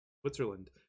Switzerland